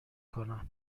کنم